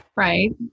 Right